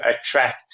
attract